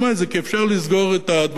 כי אפשר לסגור את הדברים,